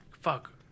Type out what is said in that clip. fuck